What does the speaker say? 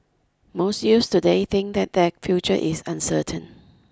most youths today think that their future is uncertain